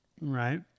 Right